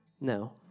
No